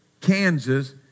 Kansas